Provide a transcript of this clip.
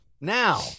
Now